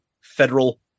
federal